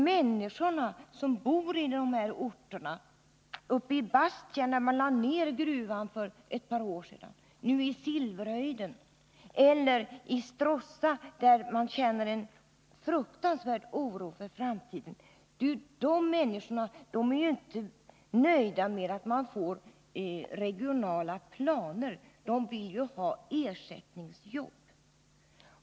Människorna som bor i de här orterna — uppe i Bastutjärn, där man lade ned gruvan för ett par år sedan, uppe i Silverhöjden eller i Stråssa, där man känner en fruktansvärd oro för framtiden — är ju inte nöjda med regionala planer, utan de vill ha ersättningsjobb.